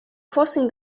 crossing